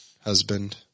husband